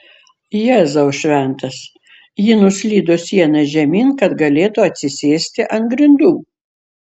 jėzau šventas ji nuslydo siena žemyn kad galėtų atsisėsti ant grindų